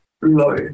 low